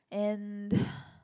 and